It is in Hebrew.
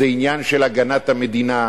זה עניין של הגנת המדינה.